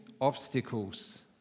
obstacles